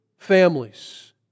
Families